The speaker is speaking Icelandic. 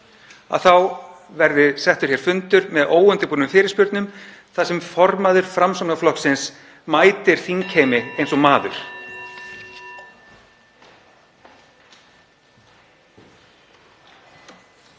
sínum, verði settur fundur með óundirbúnum fyrirspurnum þar sem formaður Framsóknarflokksins mætir þingheimi eins og maður.